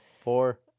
Four